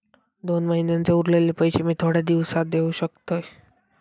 दोन महिन्यांचे उरलेले पैशे मी थोड्या दिवसा देव शकतय?